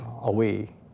away